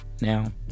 Now